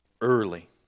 early